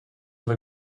with